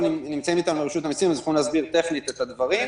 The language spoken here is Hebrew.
נמצאים איתנו רשות המסים והם יוכלו להסביר טכנית את הדברים.